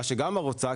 מה שגמא רוצה,